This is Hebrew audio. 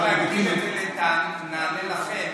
אם אפשר להגדיל את זה ל"נענה לכם",